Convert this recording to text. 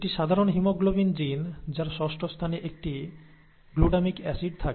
একটি সাধারণ haemoglobin gene যার ষষ্ঠ স্থানে একটি গ্লুটামিক অ্যাসিড থাকে